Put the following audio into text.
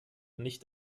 nicht